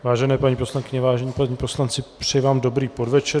Vážené paní poslankyně, vážení páni poslanci, přeji vám dobrý podvečer.